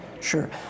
Sure